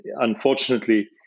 Unfortunately